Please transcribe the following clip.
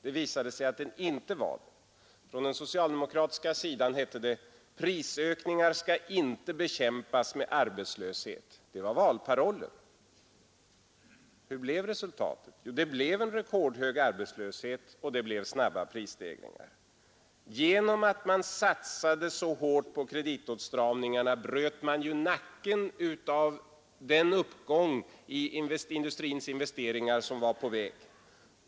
Det visade sig att den inte var det. Från den socialdemokratiska sidan hette det: Prisökningar skall inte bekämpas med arbetslöshet. Det var en valparoll. Och hurudant blev resultatet? Jo, det blev en rekordhög arbetslöshet och snabba prisstegringar. Genom att man satsade så hårt på kreditåtstramningarna bröt man nacken av den uppgång i industrins investeringar som var på väg.